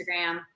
Instagram